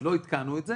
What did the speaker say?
לא עדכנו את זה